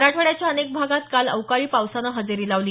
मराठवाड्याच्या अनेक भागात काल अवकाळी पावसानं हजेरी लावली